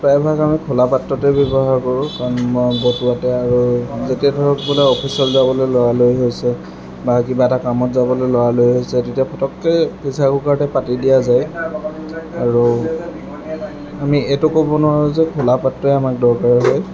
প্ৰায়ভাগ আমি খোলা পাত্ৰতেই ব্যৱহাৰ কৰোঁ কাৰণ মই বতোৱাতে আৰু যেতিয়া ধৰক বোলে অফিচলৈ যাবলৈ লৰালৰি হৈছে বা কিবা এটা কামত যাবলৈ লৰালৰি হৈছে তেতিয়া ফতককৈ প্ৰেছাৰ কুকাৰতে পাতি দিয়া যায় আৰু আমি এইটো ক'ব নোৱাৰোঁ যে খোলা পাত্ৰই আমাক দৰকাৰ হয়